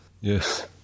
Yes